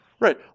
Right